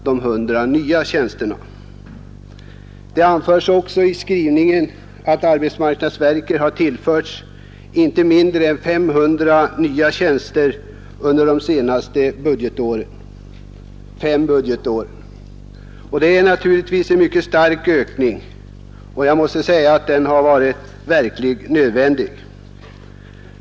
Det anförs också i utskottets skrivning att arbetsmarknadsverket har tillförts inte mindre än 500 nya tjänster under de senaste fem budgetåren. Det är naturligtvis en mycket stark ökning, och jag måste säga att den verkligen har varit nödvändig.